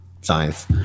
science